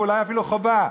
ואולי אפילו חובה,